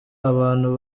abantu